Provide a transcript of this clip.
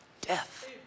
death